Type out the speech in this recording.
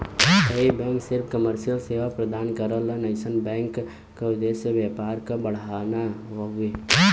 कई बैंक सिर्फ कमर्शियल सेवा प्रदान करलन अइसन बैंक क उद्देश्य व्यापार क बढ़ाना हउवे